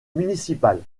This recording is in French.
municipales